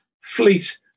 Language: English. fleet